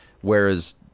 Whereas